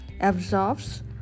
absorbs